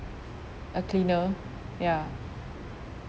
a cleaner ya